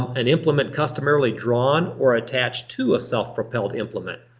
an implement customarily drawn or attached to a self propelled implement.